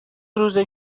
روزه